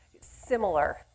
similar